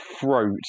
throat